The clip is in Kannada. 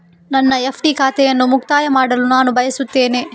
ನನ್ನ ಎಫ್.ಡಿ ಖಾತೆಯನ್ನು ಮುಕ್ತಾಯ ಮಾಡಲು ನಾನು ಬಯಸ್ತೆನೆ